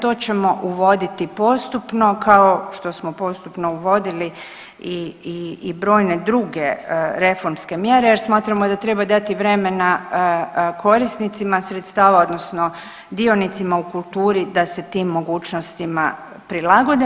To ćemo uvoditi postupno kao što smo postupno uvodili i brojne druge reformske mjere jer smatramo da treba dati vremena korisnicima sredstava odnosno dionicima u kulturi da se tim mogućnostima prilagode.